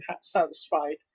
satisfied